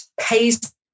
pays